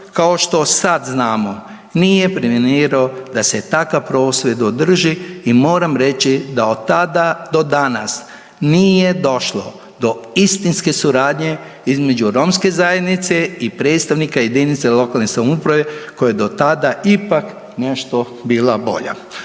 kao što sad znamo nije …/nerazumljivo/… da se takav prosvjed održi i moram reći da od tada do danas nije došlo do istinske suradnje između Romske zajednice i predstavnika jedinica lokalne samouprave koje do tada ipak nešto bila bolja.